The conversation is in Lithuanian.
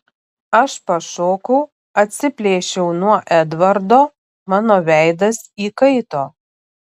aš pašokau atsiplėšiau nuo edvardo mano veidas įkaito